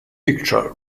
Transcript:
picture